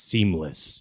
Seamless